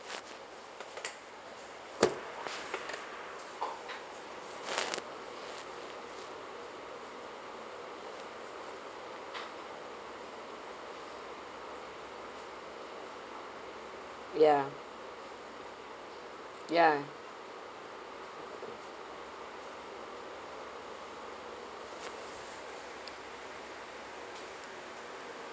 ya ya